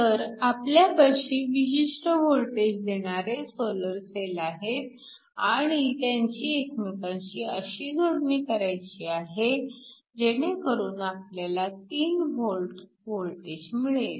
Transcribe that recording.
तर आपल्यापाशी विशिष्ट वोल्टेज देणारे सोलर सेल आहेत आणि त्यांची एकमेकांशी अशी जोडणी करायची आहे जेणे करून आपल्याला 3 V वोल्टेज मिळेल